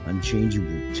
Unchangeable